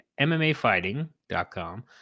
MMAfighting.com